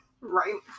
Right